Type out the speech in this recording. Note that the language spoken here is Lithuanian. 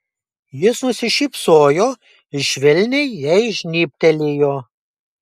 jis nusišypsojo ir švelniai jai žnybtelėjo